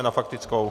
Na faktickou?